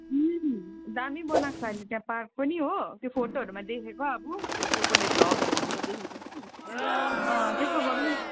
दामी बनाएको छ अहिले त्यहाँ पार्क पनि हो त्यो फोटोहरूमा देखेको अब त्यो कस कसले ब्लगहरूमा हाल्दा देखेको कि अँ त्यसो गरौँ